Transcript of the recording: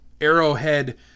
Arrowhead